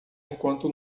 enquanto